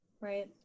right